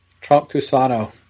Trump-Cusano